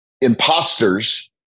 imposters